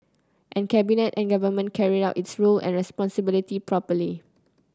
and Cabinet and Government carried out its roles and responsibilities properly